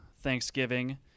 Thanksgiving